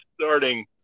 starting